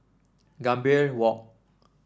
Gambir Walk